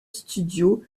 studio